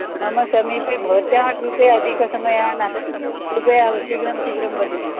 मम समीपे भवत्याः कृते अधिकसमयः नास्ति कृपया शीघ्रं शीघ्रं वदतु